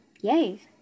yay